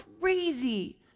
crazy